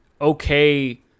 okay